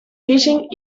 fishing